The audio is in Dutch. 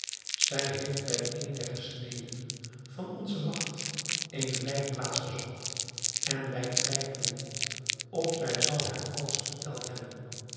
zij heeft bij een der gesnedenen van onze wacht eene wijkplaats gezocht en wij twijfelen niet of zij zal hem alles verteld hebben